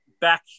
back